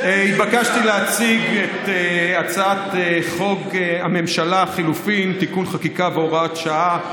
התבקשתי להציג את הצעת חוק ממשלת חילופים (תיקון חקיקה והוראת שעה),